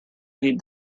feed